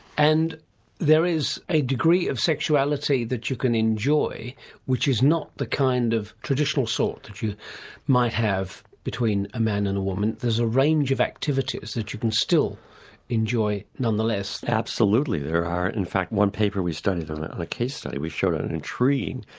and there is a degree of sexuality that you can enjoy that is not the kind of traditional sort that you might have between a man and a woman. there's a range of activities that you can still enjoy nonetheless. absolutely there are. in fact one paper we studied on a on a case studied we showed an intriguing,